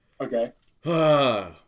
Okay